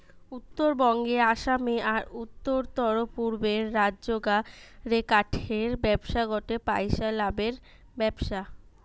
উত্তরবঙ্গে, আসামে, আর উততরপূর্বের রাজ্যগা রে কাঠের ব্যবসা গটে পইসা লাভের ব্যবসা